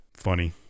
Funny